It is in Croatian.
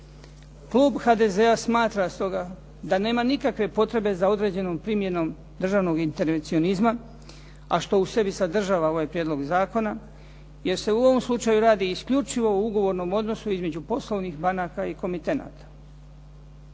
Klub HDZ-a smatra stoga da nema nikakve potrebe za određenom primjenom državnog intervencionizma a što u sebi sadržava ovaj prijedlog zakona. Jer se u ovom slučaju radi isključivo u ugovornom odnosu između poslovnih banaka i komitenata.